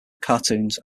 cartoons